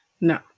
No